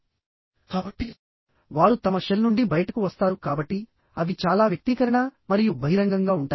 కాబట్టివారు తమ షెల్ నుండి బయటకు వస్తారు కాబట్టిఅవి చాలా వ్యక్తీకరణ మరియు బహిరంగంగా ఉంటాయి